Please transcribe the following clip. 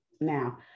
Now